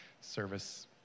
service